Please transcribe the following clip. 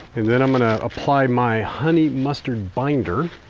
and then i'm going to apply my honey mustard binder.